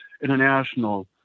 International